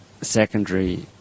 secondary